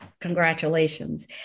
Congratulations